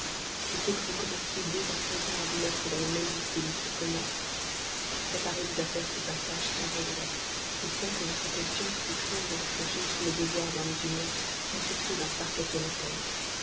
il faut que vous commenciez dès à présent à vous mettre dans les mêmes dispositions que moi préparez-vous à faire ce passage sans regret et sans que votre conscience puisse rien vous reprocher sur les devoirs d'un musulman ni sur ceux d'un parfait honnête homme